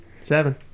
Seven